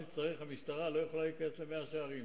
המשטרה לא יכולה להיכנס למאה-שערים,